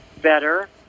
Better